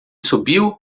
subiu